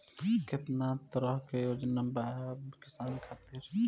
केतना तरह के योजना बा किसान खातिर?